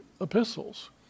epistles